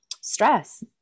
stress